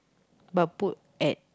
but put at